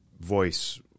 voice